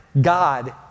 God